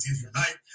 tonight